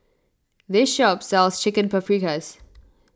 this shop sells Chicken Paprikas